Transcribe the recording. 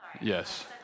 Yes